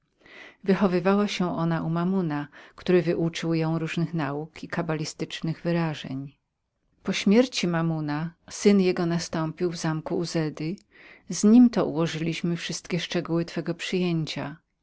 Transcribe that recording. wychowywała się ona u mammona który wyuczył ją różnych nauk i kabalistycznych wyrażeń po śmierci mammona syn jego nastąpił w zamku uzedy z nim to ułożyliśmy wszystkie szczegóły twego przyjęcia